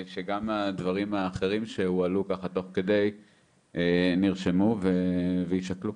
הדברים האחרים שהועלו תוך כדי נרשמו ויישקלו.